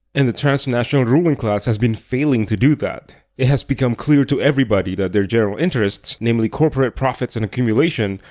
and the transnational ruling class has been failing to do that. it has become clear to everybody that their general interests, namely corporate profits and accumulation,